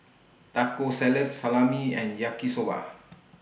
Taco Salad Salami and Yaki Soba